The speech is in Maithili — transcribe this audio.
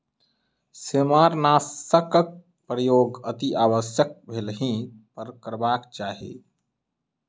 सेमारनाशकक प्रयोग अतिआवश्यक भेलहि पर करबाक चाही